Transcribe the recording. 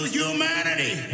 humanity